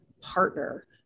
partner